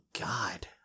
God